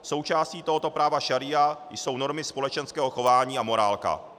Součástí tohoto práva šaría jsou normy společenského chování a morálka.